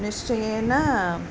निश्चयेन